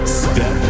step